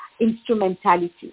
instrumentality